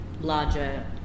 larger